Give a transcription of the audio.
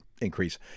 increase